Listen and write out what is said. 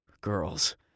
Girls